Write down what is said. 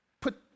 put